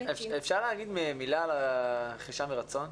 טבלטים --- ‏אפשר להגיד מילה על הרכישה מרצון?